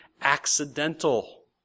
accidental